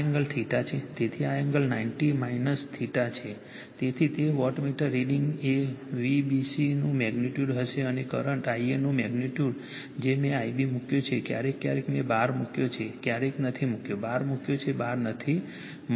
તેથી આ angle 90o છે તેથી તે વોટમીટર રીડિંગ એ Vbc નું મેગ્નિટ્યુડ હશે અને કરંટ Ia નું મેગ્નિટ્યુડ જે મેં Ib મૂક્યો છે ક્યારેક ક્યારેક મેં બાર મૂક્યો છે ક્યારેક નથી મૂક્યો બાર મૂક્યો છે બાર નથી મૂક્યો